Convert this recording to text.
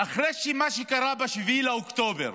אחרי מה שקרה ב-7 באוקטובר,